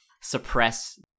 suppress